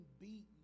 beaten